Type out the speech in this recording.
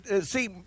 see